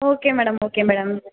okay madam okay madam